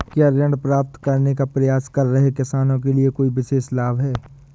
क्या ऋण प्राप्त करने का प्रयास कर रहे किसानों के लिए कोई विशेष लाभ हैं?